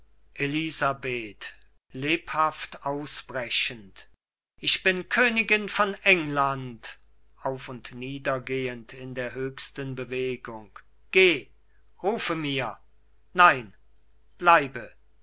elisabeth lebhaft ausbrechend ich bin königin von england auf und nieder gehend in der höchsten bewegung geh rufe mir nein bleibe